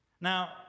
Now